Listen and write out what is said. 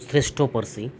ᱥᱨᱮᱥᱴᱷᱚ ᱯᱟᱹᱨᱥᱤ